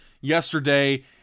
yesterday